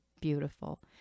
beautiful